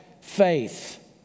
faith